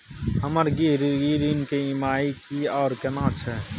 हमर गृह ऋण के ई.एम.आई की आर केना छै?